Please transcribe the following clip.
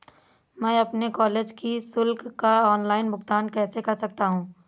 मैं अपने कॉलेज की शुल्क का ऑनलाइन भुगतान कैसे कर सकता हूँ?